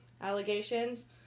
allegations